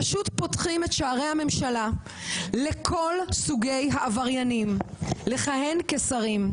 פשוט פותחים את שערי הממשלה לכל סוגי העבריינים לכהן כשרים.